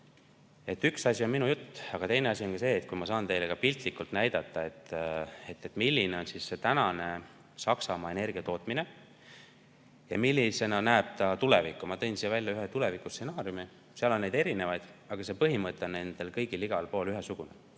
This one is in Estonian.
üks asi on minu jutt, aga teine asi on, kui ma saan teile ka piltlikult näidata, milline on praegu Saksamaa energiatootmine ja millisena näeb ta tulevikku. Ma tõin siin välja ühe tulevikustsenaariumi. Saksamaal on neid erinevaid, aga põhimõte on kõigil ühesugune.